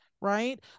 right